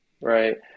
right